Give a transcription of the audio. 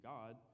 God